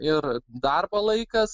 ir darbo laikas